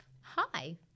Hi